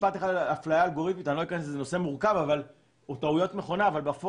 משפט אחד על אפליה אלגוריתמית או טעויות מכונה שלא אכנס אליו אבל בפועל,